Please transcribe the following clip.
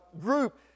group